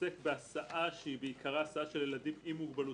עוסק בהסעה שהיא בעיקרה הסעה של ילדים עם מוגבלות